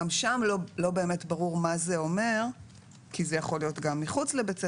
גם שם לא באמת ברור מה זה אומר כי זה יכול להיות גם מחוץ לבית הספר,